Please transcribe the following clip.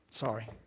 sorry